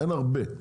אין הרבה,